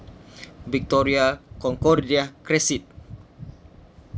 victoria concordia crescit